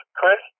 Chris